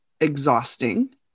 exhausting